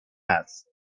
است